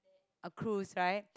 a cruise right